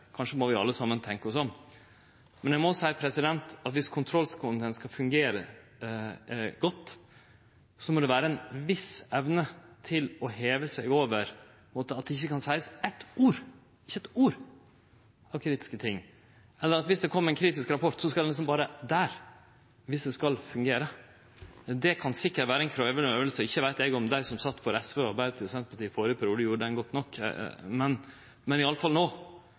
kanskje gjer det det. Eg kan ikkje sjå bort frå det. Kanskje må vi alle saman tenkje oss om. Men eg må seie at viss kontrollkomiteen skal fungere godt, må det vere ei viss evne til å heve seg. Kan det ikkje seiast eitt einaste kritisk ord om ting? Og viss det kjem ein kritisk rapport, skal ein vere der, viss det skal fungere. Det kan sikkert vere ei krevjande øving. Ikkje veit eg om dei som sat for SV, Arbeidarpartiet og Senterpartiet i førre periode, gjorde det godt nok, men det er i